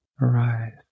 arise